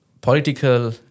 Political